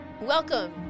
Welcome